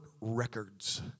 records